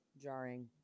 jarring